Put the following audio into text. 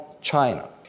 china